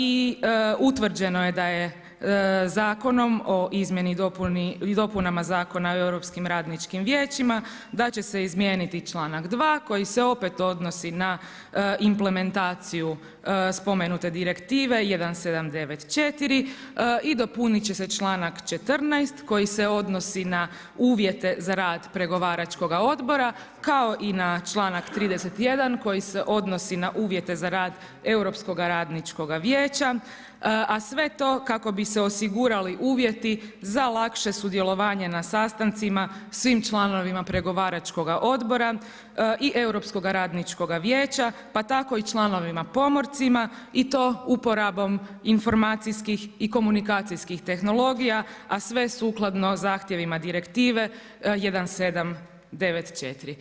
I utvrđeno je da je Zakonom o izmjeni i dopunama Zakona o europskim radničkim vijećima, da će se izmijeniti čl.2. koji se opet odnosi na implementaciju spomenute direktive 1794 i dopuniti će se čl. 14. koji se odnosi na uvjete za rad pregovaračkoga odbora, kao i na čl. 31. koji se odnosi na uvjete za rad, europskoga radničkoga vijeća, a sve to kako bi se osigurali uvjeti za lakše sudjelovanje na sastancima, svim članovima pregovaračkoga odbora i europskoga radničkoga vijeća, pa tako i članovima pomorcima i to uporabom informacijskih i komunikacijskih tehnologija, a sve sukladno zahtjevima direktive 1794.